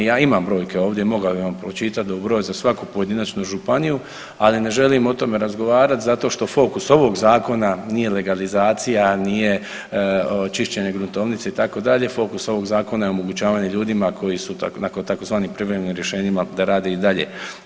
Ja imam brojke ovdje i mogao bi vam pročitati broj za svaku pojedinačnu županiju, ali ne želim o tome razgovarati zato što fokus ovog zakona nije legalizacija, nije čišćenje gruntovnice, fokus ovog zakona je omogućavanje ljudima koji su na tzv. privremenim rješenjima da rade i dalje.